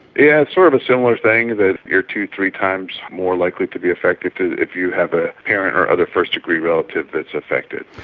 yeah sort of a similar thing, that you are two or three times more likely to be affected if you have a parent or other first-degree relative that's affected.